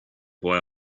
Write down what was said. boy